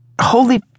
Holy